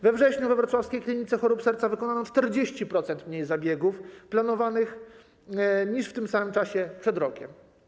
We wrześniu we wrocławskiej klinice chorób serca wykonano 40% mniej zabiegów planowanych niż w tym samym czasie przed rokiem.